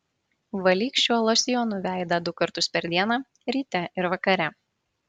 valyk šiuo losjonu veidą du kartus per dieną ryte ir vakare